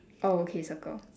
oh okay circle